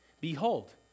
Behold